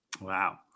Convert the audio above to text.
Wow